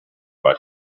but